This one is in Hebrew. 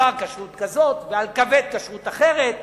ובשר, כשרות כזאת, ועל כבד כשרות אחרת,